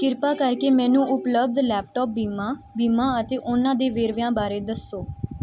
ਕਿਰਪਾ ਕਰਕੇ ਮੈਨੂੰ ਉਪਲਬਧ ਲੈਪਟਾਪ ਬੀਮਾ ਬੀਮਾ ਅਤੇ ਉਹਨਾਂ ਦੇ ਵੇਰਵਿਆਂ ਬਾਰੇ ਦੱਸੋ